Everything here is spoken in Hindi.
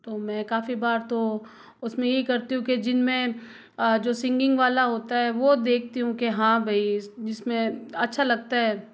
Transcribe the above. तो मैं काफ़ी बार तो उसमें ये करती हूँ कि जिनमें जो सिंगिंग वाला होता है वो देखती हूँ कि हाँ भई जिसमें अच्छा लगता है